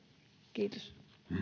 kiitos